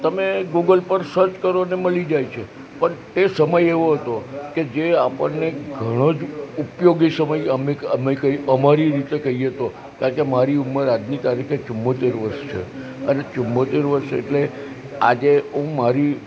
તમે ગૂગલ પર સર્ચ કરો અને મળી જાય છે પણ એ સમય એવો હતો કે જે આપણને ઘણો જ ઉપયોગી સમય અમે કહીએ અમારી રીતે કહીએ તો કારણ કે મારી ઉંમર આજની તારીખ ચુમ્મોંતેર વર્ષ છે અને ચુમ્મોંતેર વર્ષ એટલે આજે હું મારી